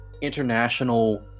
international